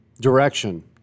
direction